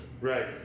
Right